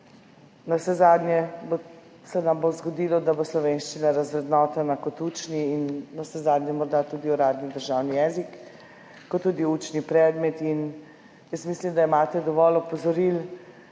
Navsezadnje se nam bo zgodilo, da bo slovenščina razvrednotena kot učni in navsezadnje morda tudi uradni državni jezik ter tudi učni predmet. Mislim, da imate dovolj opozoril,